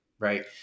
right